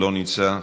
לא נמצא,